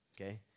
Okay